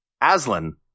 Aslan